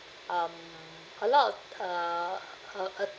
um a lot of uh a a